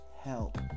Help